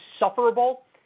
insufferable